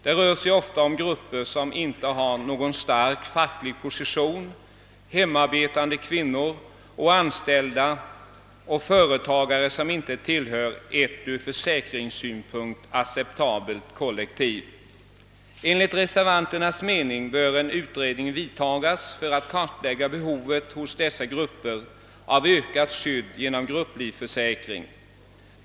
Detta gäller ofta grupper som inte har någon stark facklig position: hemarbetande kvinnor samt anställda och företagare som inte tillhör ett ur försäkringssynpunkt acceptabelt kollektiv. Enligt reservanternas mening bör en utredning tillsättas för att kartlägga behovet hos dessa grupper av ökat skydd genom grupplivförsäkring.